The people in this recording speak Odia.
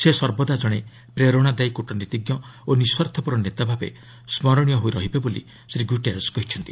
ସେ ସର୍ବଦା ଜଣେ ପ୍ରେରଣାଦାୟୀ କ୍ରିଟନୀତିଜ୍ଞ ଓ ନିଃସ୍ୱାର୍ଥପର ନେତା ଭାବେ ସ୍କରଣୀୟ ହୋଇ ରହିବେ ବୋଲି ଶ୍ରୀ ଗୁଟେରସ୍ କହିଛନ୍ତି